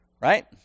Right